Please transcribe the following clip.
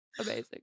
Amazing